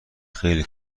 خیلی